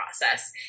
process